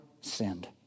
sinned